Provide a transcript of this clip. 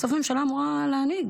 בסוף ממשלה אמורה להנהיג.